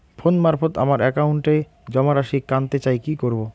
Phone মারফত আমার একাউন্টে জমা রাশি কান্তে চাই কি করবো?